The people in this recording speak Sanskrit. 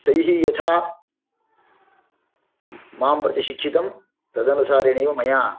तैः यथा मां प्रति शिक्षितं तदनुसारेणैव मया